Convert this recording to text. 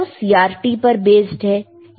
CRO CRT पर based है